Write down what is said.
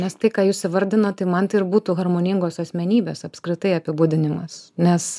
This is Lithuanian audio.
nes tai ką jūs įvardinot tai man tai ir būtų harmoningos asmenybės apskritai apibūdinimas nes